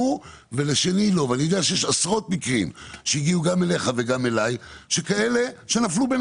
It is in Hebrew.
יש עשרות מקרים שהגיעו אליך ואלי שנפלו בין